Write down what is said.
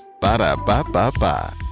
Ba-da-ba-ba-ba